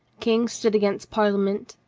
king stood against parlia ment,